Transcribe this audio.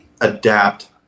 adapt